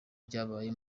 ryabaye